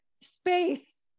space